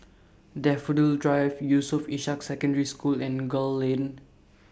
Daffodil Drive Yusof Ishak Secondary School and Gul Lane